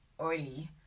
oily